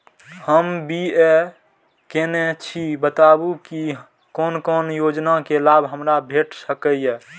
हम बी.ए केनै छी बताबु की कोन कोन योजना के लाभ हमरा भेट सकै ये?